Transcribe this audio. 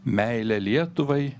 meilę lietuvai